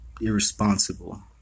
irresponsible